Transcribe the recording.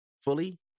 fully